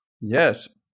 Yes